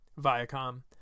Viacom